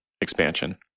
expansion